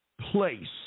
place